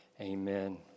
amen